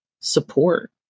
support